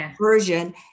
version